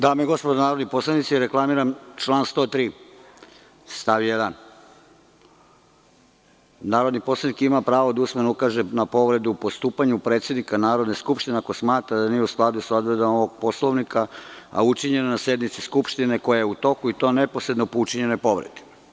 Dame i gospodo narodni poslanici, reklamiram član 103. stav 1. „Narodni poslanik ima pravo da usmeno ukaže na povredu u postupanju predsednika Narodne skupštine, ako smatra da nije u skladu sa odredbama ovog Poslovnika, a učinjeno na sednici Skupštine koje je u toku, i to neposredno po učinjenoj povredi“